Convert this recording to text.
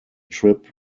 trip